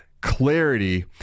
clarity